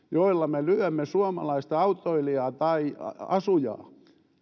joilla me lyömme suomalaista autoilijaa tai asujaa